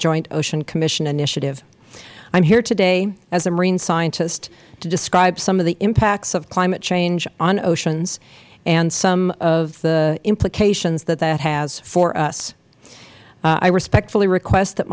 joint ocean commission initiative i am here today as a marine scientist to describe some of the impacts of climate change on oceans and some of the implications that that has for us i respectfully request that